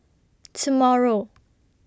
tomorrow